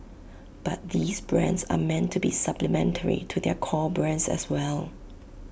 but these brands are meant to be supplementary to their core brands as well